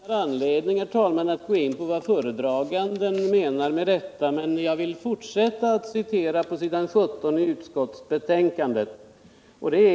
Herr talman"! Jag sak nar anledning att gå in på vad föredraganden kan mena med detta. Jag vill emellertid fortsätta att återge det citat ur propositionen som finns intaget på s. 171 betänkandet.